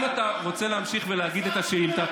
אם אתה רוצה להמשיך ולהגיד את השאילתה,